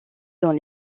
dans